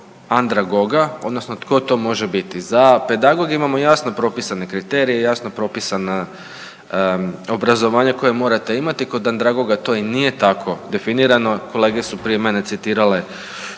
oko andragoga odnosno tko to može biti. Za pedagoge imamo jasno kriterije, jasno propisana obrazovanja koja morate imati, kod andragoga to i nije tako definirano, kolege su prije mene citirale